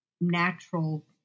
natural